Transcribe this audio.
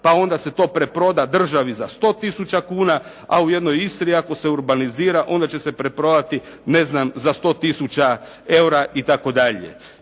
pa onda se to preproda državi za 100 tisuća kuna, a u jednoj Istri ako se urbanizira, onda će se preprodati, ne znam za 100 tisuća eura i